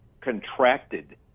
contracted